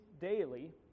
daily